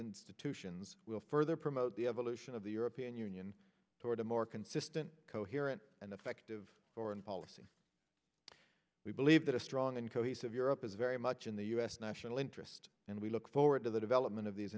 institutions will further promote the evolution of the european union toward a more consistent coherent and effective foreign policy we believe that a strong and cohesive europe is very much in the u s national interest and we look forward to the development of these